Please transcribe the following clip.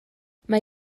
mae